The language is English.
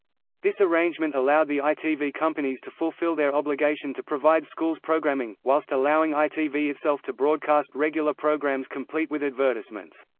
this arrangement allowed the itv companies to fulfil their obligation to provide schools programming, whilst allowing itv itself to broadcast regular programmes complete with advertisements.